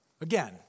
Again